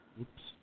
Oops